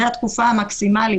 זו התקופה המקסימלית.